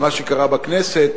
על מה שקרה בכנסת?